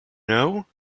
know